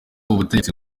ubutegetsi